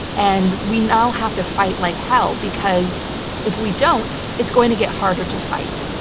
and we now have to fight like hell, because if we don't, it's going to get harder to fight.